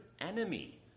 enemy